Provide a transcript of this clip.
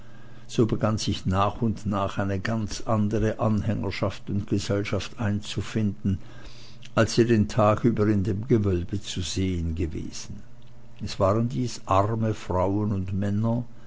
so begann sich nach und nach eine ganz andere anhängerschaft und gesellschaft einzufinden als die den tag über in dem gewölbe zu sehen gewesen es waren dies arme frauen und männer